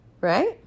Right